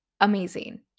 amazing